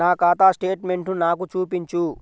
నా ఖాతా స్టేట్మెంట్ను నాకు చూపించు